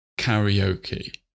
karaoke